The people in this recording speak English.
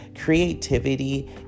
creativity